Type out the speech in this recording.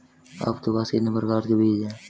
आपके पास कितने प्रकार के बीज हैं?